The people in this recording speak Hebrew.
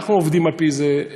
אנחנו עובדים על-פי זה,